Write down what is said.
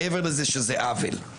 מעבר לזה שזה עוול.